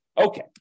Okay